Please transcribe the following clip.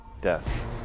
Death